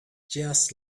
just